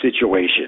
situation